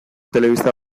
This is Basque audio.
telebista